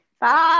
Bye